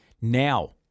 Now